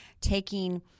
taking